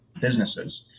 businesses